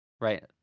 Right